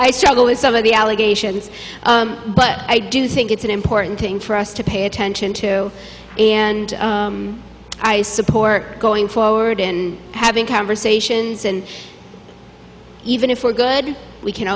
i struggle with some of the allegations but i do think it's an important thing for us to pay attention to and i support going forward and having conversations and even if we're good we can